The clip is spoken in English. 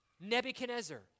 Nebuchadnezzar